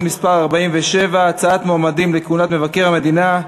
מס' 47) (הצעת מועמדים לכהונת מבקר המדינה).